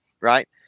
right